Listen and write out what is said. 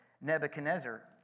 Nebuchadnezzar